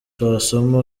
wasoma